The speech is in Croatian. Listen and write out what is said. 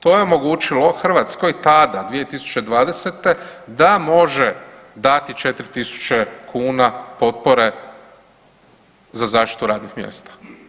To je omogućilo Hrvatskoj tada 2020. da može dati 4.000 kuna potpore za zaštitu radnih mjesta.